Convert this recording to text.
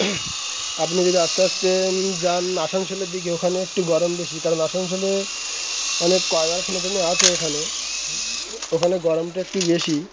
আপনি যদি আস্তে আস্তে যান আসানসোলের দিকে ওখানে একটু গরম বেশি কারণ আসানসোলে অনেক কয়লার খনি টনি আছে ওখানে ওখানে গরমটা একটু বেশি